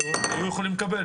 היו יכולים לקבל.